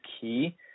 key